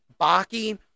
Baki